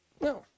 No